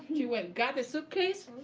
she went, got the suitcase,